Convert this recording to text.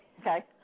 Okay